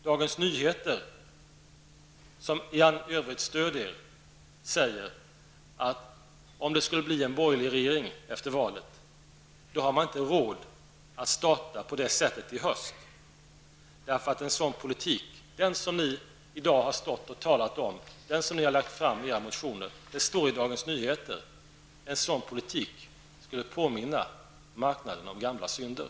Dagens Nyheter som i allmänhet stöder er skriver, att om det skulle bli en borgerlig regering efter valet, har man inte råd att starta på det sättet i höst, eftersom den politik som ni i dag har talat för och tidigare lagt fram i era motioner, skulle -- enligt Dagens Nyheter -- påminna marknaden om gamla synder.